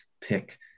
pick